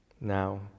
Now